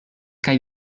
kaj